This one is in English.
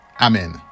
Amen